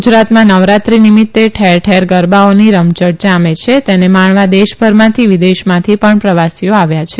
ગુજરાતમાં નવરાત્રી નિમિત્તે ઠેર ઠેર ગરબાઓની રમઝટ જામે છે તેને માણવા દેશભરમાંથી અને વિદેશમાંથી પણ પ્રવાસીઓ આવ્યા છે